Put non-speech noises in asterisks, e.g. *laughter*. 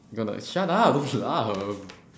you gonna l~ shut up *laughs* don't laugh